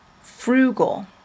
frugal